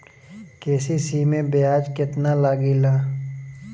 KCC मै ब्याज केतनि लागेला?